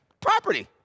property